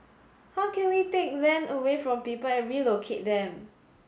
how can we take land away from people and relocate them